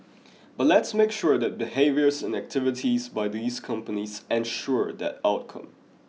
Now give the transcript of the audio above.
but let's make sure that behaviours and activities by these companies ensure that outcome